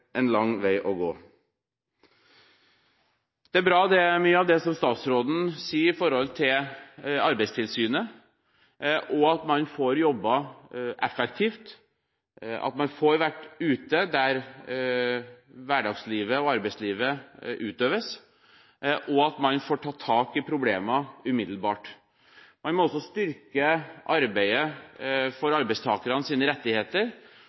en lang vei å gå. Det er bra, mye av det som statsråden sier om Arbeidstilsynet, og det at man får jobbet effektivt, at man får vært ute der hverdagslivet og arbeidslivet utøves, og at man får tatt tak i problemer umiddelbart. Man må også styrke arbeidet for arbeidstakernes rettigheter